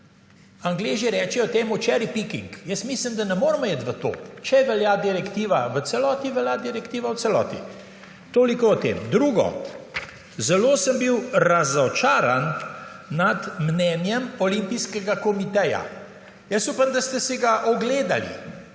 Angleži rečejo temu »cherry picking«. Jaz mislim, da ne moremo iti v to, če velja direktiva v celoti, velja direktiva v celoti. Toliko o tem. Drugo. Zelo sem bil razočaran nad mnenjem olimpijskega komiteja. Jaz upam, da ste si ga ogledali,